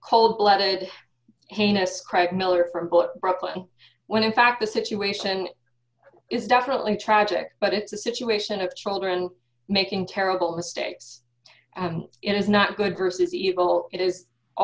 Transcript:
cold blooded heinous craig miller from brooklyn when in fact the situation is definitely tragic but it's a situation of children making terrible mistakes and it is not good versus evil it is a